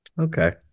Okay